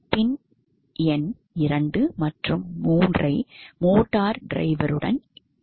பின் முள் எண் 2 மற்றும் 3 மோட்டார் டிரைவருடன் இணைக்கப்பட்டுள்ளது